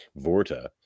Vorta